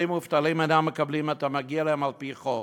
ואלפי מובטלים אינם מקבלים את המגיע להם על-פי חוק.